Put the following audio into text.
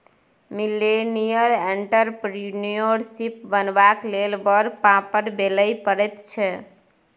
millennial entrepreneurship बनबाक लेल बड़ पापड़ बेलय पड़ैत छै